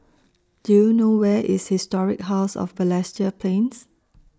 Do YOU know Where IS Historic House of Balestier Plains